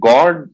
God